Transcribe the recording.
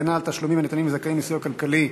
(הגנה על תשלומים הניתנים לזכאים לסיוע כלכלי),